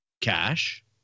Cash